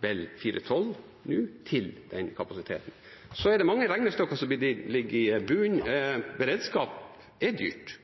Bell 412 til den kapasiteten. Så er det mange regnestykker som ligger i bunnen. Beredskap er dyrt.